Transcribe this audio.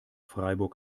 freiburg